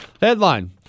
Headline